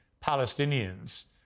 Palestinians